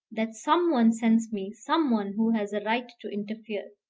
that some one sends me some one who has a right to interfere.